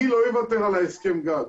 אני לא אוותר על הסכם הגג.